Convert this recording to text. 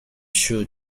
sure